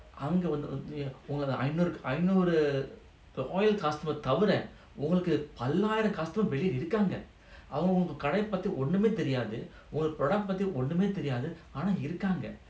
அங்கவந்துஉங்களுக்குஐநூறு:anga vandhu ungaluku ainooru I know the loyal customer தவிரஉங்களுக்குபல்லாயிரம்:thavira ungaluku pallayiram customer வெளியஇருக்காங்கஅவங்களுக்குஉங்ககடையபத்திஒண்ணுமேதெரியாதுஉங்க:veliya irukanga avangaluku unga kadaya paththi onnume theriathu unga product பத்திஒண்ணுமேதெரியாதுஆனாஇருக்காங்க:paththi onnume theriathu aanaa irukanga